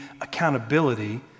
accountability